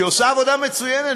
שעושה עבודה מצוינת,